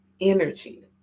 energy